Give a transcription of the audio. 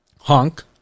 honk